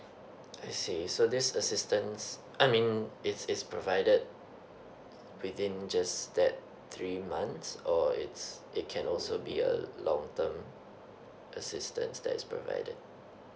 I see so this assistance I mean it's it's provided within just that three months or it's it can also be a long term assistance that's provided